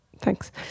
thanks